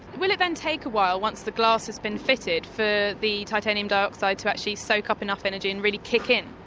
will it then take a while, once the glass has been fitted, for the titanium dioxide to actually soak up enough energy and really kick in?